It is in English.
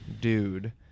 dude